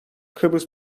kıbrıs